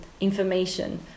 information